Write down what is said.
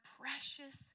precious